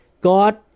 God